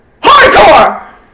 hardcore